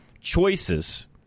choices